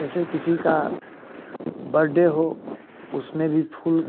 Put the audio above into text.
जैसे किसी का बड्डे हो उसमें भी फूल